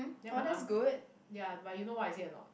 then my ah-m~ ya but you know what I say a not